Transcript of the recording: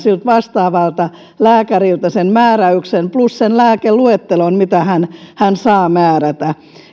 vastaavalta lääkäriltä sen määräyksen plus sen lääkeluettelon mitä hän hän saa määrätä